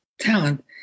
talent